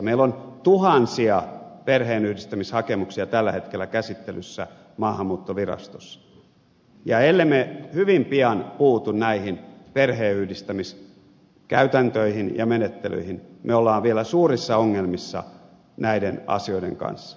meillä on tuhansia perheenyhdistämishakemuksia tällä hetkellä käsittelyssä maahanmuuttovirastossa ja ellemme hyvin pian puutu näihin perheenyhdistämiskäytäntöihin ja menettelyihin me olemme vielä suurissa ongelmissa näiden asioiden kanssa